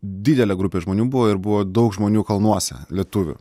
didelė grupė žmonių buvo ir buvo daug žmonių kalnuose lietuvių